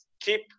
keep